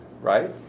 right